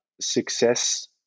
success